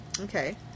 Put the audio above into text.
Okay